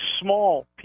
small